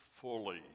fully